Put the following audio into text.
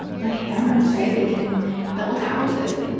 like hammers, right? they can build houses. and